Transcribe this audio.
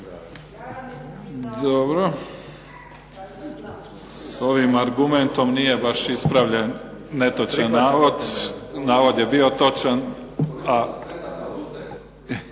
(SDP)** S ovim argumentom nije baš ispravljen netočan navod. Navod je bio točan.